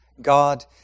God